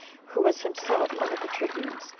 who was himself one of the tribunes,